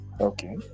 okay